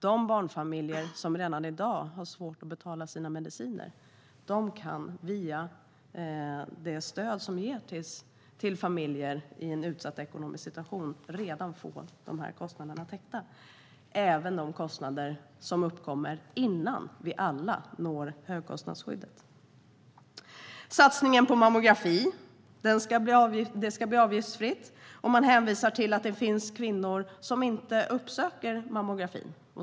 De barnfamiljer som har svårt att betala sina mediciner kan via det stöd som ges till familjer i en utsatt ekonomisk situation få de här kostnaderna täckta redan i dag - även de kostnader som uppkommer innan vi alla når högkostnadsskyddet. Satsningen på mammografi ska bli avgiftsfri. Man hänvisar till att det finns kvinnor som inte uppsöker mammografin.